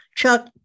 Chuck